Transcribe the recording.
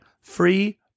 free